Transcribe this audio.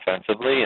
offensively